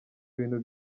ibintu